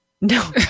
No